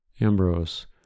Ambrose